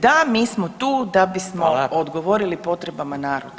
Da, mi smo tu da bismo odgovorili potrebama naroda.